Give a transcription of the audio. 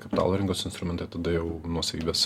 kapitalo rinkos instrumentai tada jau nuosavybės